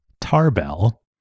Tarbell